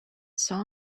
saw